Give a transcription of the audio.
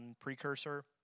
precursor